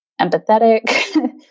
empathetic